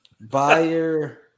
Buyer